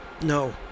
No